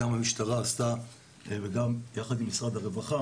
גם פעולות עם המשטרה וגם יחד עם משרד הרווחה,